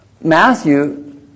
Matthew